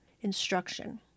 instruction